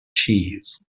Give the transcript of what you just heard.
cheese